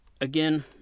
again